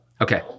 Okay